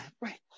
Right